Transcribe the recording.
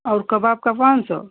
और कबाब का पाँच सौ